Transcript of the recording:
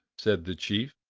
said the chief.